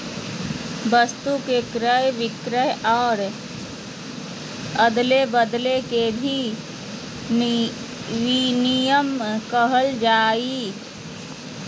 वस्तु के क्रय विक्रय और अदले बदले के भी विनिमय कहल जाय हइ